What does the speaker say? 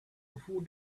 before